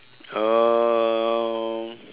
um